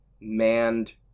manned